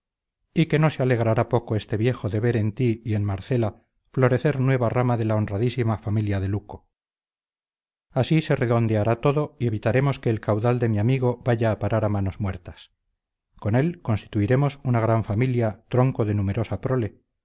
y que no se alegrará poco este viejo de ver en ti y en marcela florecer nueva rama de la honradísima familia de luco así se redondeará todo y evitaremos que el caudal de mi amigo vaya a parar a manos muertas con él constituiremos una gran familia tronco de numerosa prole